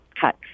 cut